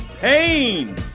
pain